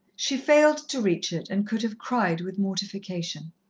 she failed to reach it, and could have cried with mortification.